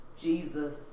Jesus